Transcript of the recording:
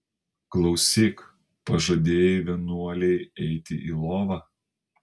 klausyk pažadėjai vienuolei eiti į lovą